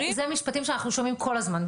אלה משפטים שאנחנו שומעים כל הזמן.